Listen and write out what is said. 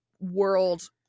World